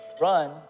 run